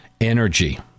energy